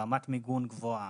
ברמת מיגון גבוהה,